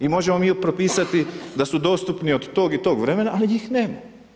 I možemo mi propisati da su dostupni od tog i tog vremena a njih nema.